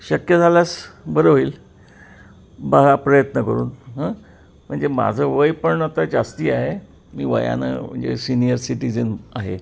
शक्य झाल्यास बरं होईल बघा प्रयत्न करून हं म्हणजे माझं वय पण आता जास्ती आहे मी वयानं म्हणजे सिनियर सिटीजन आहे